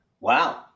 Wow